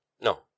no